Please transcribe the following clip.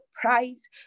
price